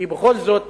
כי בכל זאת